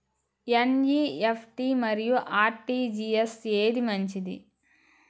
NEFT మరియు RTGS ఏది మంచిది?